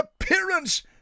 appearance